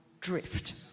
drift